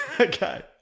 Okay